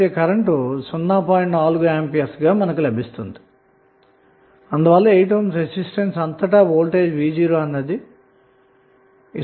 4A current లభిస్తుంది అందువల్ల 8 ohm resistance అంతటా వోల్టేజ్ v0 అన్నది 0